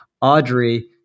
Audrey